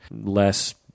less